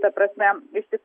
ta prasme jis tik